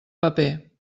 paper